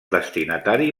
destinatari